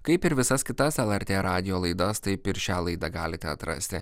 kaip ir visas kitas lrt radijo laidas taip ir šią laidą galite atrasti